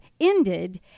ended